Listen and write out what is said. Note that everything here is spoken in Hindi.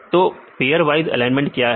तो पेयर वाइज एलाइनमेंट क्या है